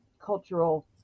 cultural